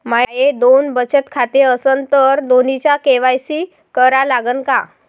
माये दोन बचत खाते असन तर दोन्हीचा के.वाय.सी करा लागन का?